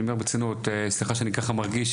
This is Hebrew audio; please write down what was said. סליחה שאני ככה מרגיש,